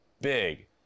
big